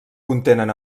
contenen